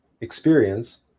experience